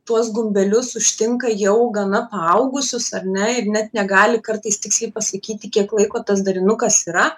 tuos gumbelius užtinka jau gana paaugusius ar ne ir net negali kartais tiksliai pasakyti kiek laiko tas darinukas yra